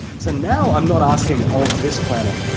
so now i'm not asking of this planet,